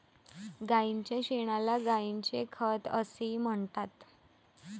गायीच्या शेणाला गायीचे खत असेही म्हणतात